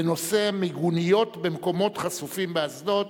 בנושא: מיגוניות במקומות חשופים באשדוד.